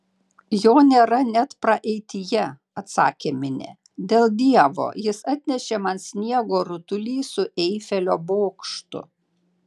jo nėra net praeityje atsakė minė dėl dievo jis atnešė man sniego rutulį su eifelio bokštu